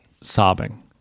Sobbing